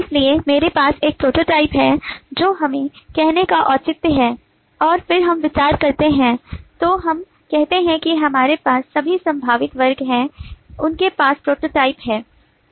इसलिए मेरे पास एक प्रोटोटाइप है जो हमें कहने का औचित्य है और फिर हम विचार करते हैं तो हम कहते हैं कि हमारे पास सभी संभावित वर्ग हैं उनके पास प्रोटोटाइप हैं